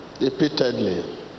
Repeatedly